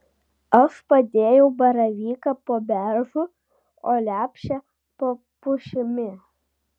aš padėjau baravyką po beržu o lepšę po pušimi